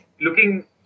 looking